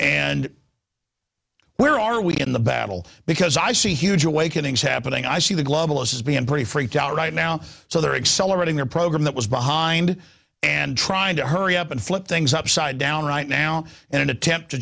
nd where are we in the battle because i see huge awakening is happening i see the globalists being pretty freaked out right now so they're excel or writing their program that was behind and trying to hurry up and flip things upside down right now in an attempt to